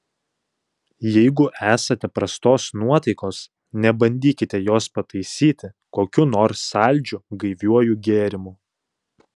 jeigu esate prastos nuotaikos nebandykite jos pataisyti kokiu nors saldžiu gaiviuoju gėrimu